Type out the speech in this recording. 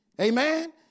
Amen